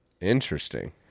Interesting